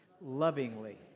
Lovingly